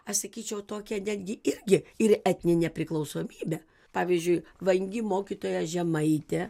aš sakyčiau tokią netgi irgi ir etninę priklausomybę pavyzdžiui vangi mokytoja žemaitė